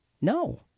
no